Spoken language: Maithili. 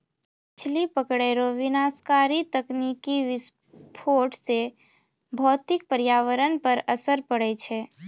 मछली पकड़ै रो विनाशकारी तकनीकी विस्फोट से भौतिक परयावरण पर असर पड़ै छै